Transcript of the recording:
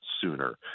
sooner